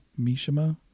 Mishima